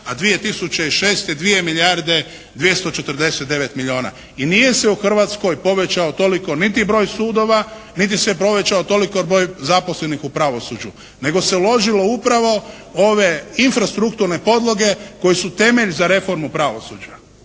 a 2006. 2 milijarde 249 milijuna i nije se u Hrvatskoj povećao toliko niti broj sudova niti se povećao toliko broj zaposlenih u pravosuđu nego se uložilo upravo ove infrastrukturne podloge koje su temelj za reformu pravosuđa.